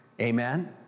Amen